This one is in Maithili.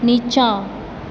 नीचाँ